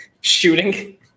shooting